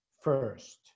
first